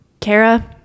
kara